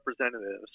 Representatives